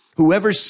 Whoever